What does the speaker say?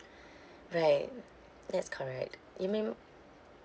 right that's correct you mean